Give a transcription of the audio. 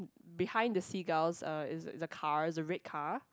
behind the seagulls uh is a is a car is a red car